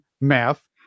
math